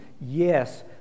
yes